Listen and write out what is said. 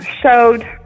showed